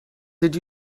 did